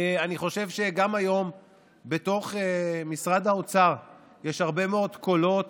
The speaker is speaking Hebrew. אני חושב שגם היום בתוך משרד האוצר יש הרבה מאוד קולות